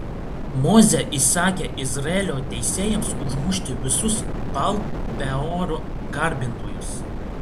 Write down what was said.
mozė įsakė izraelio teisėjams užmušti visus baal peoro garbintojus